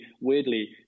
weirdly